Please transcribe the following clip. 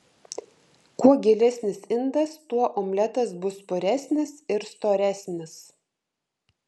kuo gilesnis indas tuo omletas bus puresnis ir storesnis